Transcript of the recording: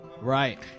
Right